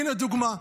הינה דוגמה.